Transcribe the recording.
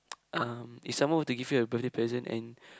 um if someone were to give you a birthday present and